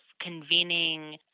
convening